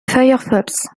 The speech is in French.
firefox